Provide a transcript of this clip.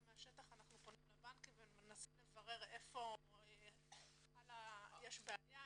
מהשטח אנחנו פונים לבנקים ומנסים לברר איפה יש בעיה,